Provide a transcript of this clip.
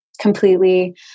completely